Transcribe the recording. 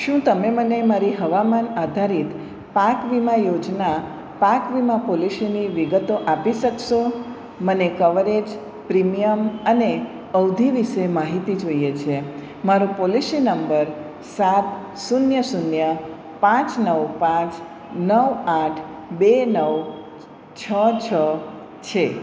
શું તમે મને મારી હવામાન આધારિત પાક વીમા યોજના પાક વીમા પોલિસીની વિગતો આપી શકશો મને કવરેજ પ્રીમિયમ અને અવધિ વિષે માહિતી જોઈએ છે મારો પોલિશી નંબર સાત શૂન્ય શૂન્ય પાંચ નવ પાંચ નવ આઠ બે નવ છ છ છે